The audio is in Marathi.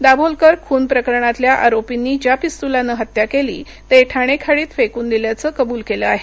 दाभोलकर खून प्रकरणातल्या आरोपींनी ज्या पिस्तुलानं हत्त्या केली ते ठाणे खाडीत फेकून दिल्याचं कबूल केलं आहे